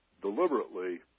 deliberately